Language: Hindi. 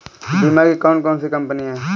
बीमा की कौन कौन सी कंपनियाँ हैं?